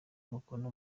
umukono